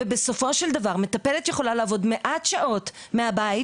ובסופו של דבר מטפלת את יכולה לעבוד מעט שעות מהבית